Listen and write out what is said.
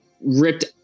ripped